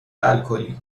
الکلی